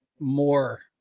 more